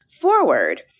forward